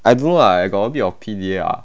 I don't know lah I got a bit of P_D_A ah